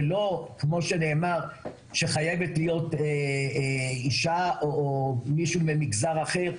ולא כמו שנאמר שחייבת להיות אשה או מישהו ממגזר אחר,